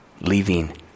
Leaving